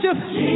Jesus